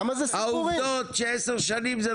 העובדות שעשר שנים זה לא נפתר.